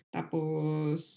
Tapos